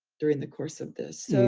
during the course of this,